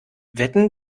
wetten